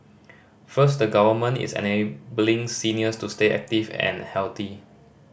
first the Government is enabling seniors to stay active and healthy